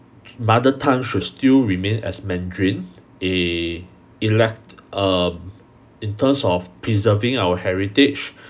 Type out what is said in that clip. mother tongue should still remain as mandarin a elect~ um in terms of preserving our heritage